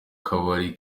kabari